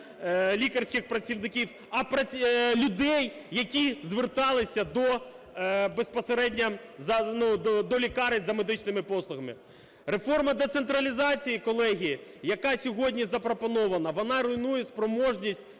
лікарських працівників, а людей, які зверталися безпосередньо до лікарень за медичними послугами. Реформа децентралізації, колеги, яка сьогодні запропонована, вона руйнує спроможність